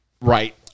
Right